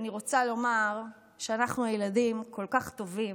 אני רוצה לומר שאנחנו ילדים כל כך טובים,